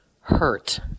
hurt